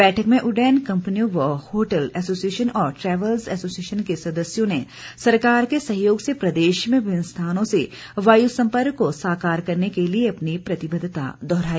बैठक में उड्डयन कम्पनियों व होटल एसोसिएशन और टैवलज़ एसोसिएशन के सदस्यों ने सरकार के सहयोग से प्रदेश में विभिन्न स्थानों से वायु सम्पर्क को साकार करने के लिए अपनी प्रतिबद्धता दोहराई